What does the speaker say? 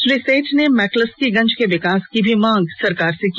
श्री सेठ ने मैक्लुस्कीगंज के विकास की भी मांग सरकार से की